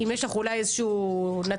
אם יש לך אולי איזשהו נתון?